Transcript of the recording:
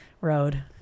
road